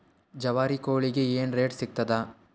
ಜವಾರಿ ಕೋಳಿಗಿ ಏನ್ ರೇಟ್ ಸಿಗ್ತದ?